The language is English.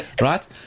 Right